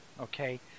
Okay